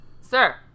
sir